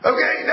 Okay